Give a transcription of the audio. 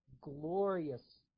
glorious